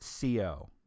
CO